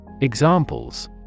Examples